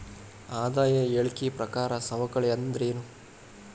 ಆದಾಯ ಹೇಳಿಕಿ ಪ್ರಕಾರ ಸವಕಳಿ ಅಂತಂದ್ರೇನು?